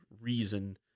reason